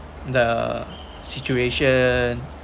the situation